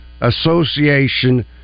Association